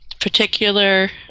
particular